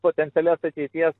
potencialias ateities